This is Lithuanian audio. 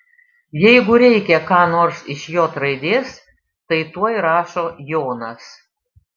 jeigu reikia ką nors iš j raidės tai tuoj rašo jonas